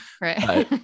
Right